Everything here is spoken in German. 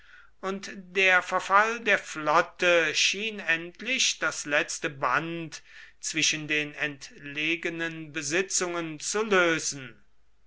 und der verfall der flotte schien endlich das letzte band zwischen den entlegenen besitzungen zu lösen